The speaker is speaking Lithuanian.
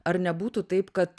ar nebūtų taip kad